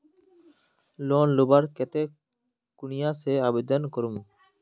Loan लुबार केते कुनियाँ से आवेदन करूम?